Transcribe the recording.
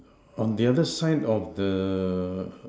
on the other side of the